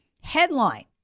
Headline